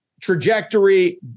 trajectory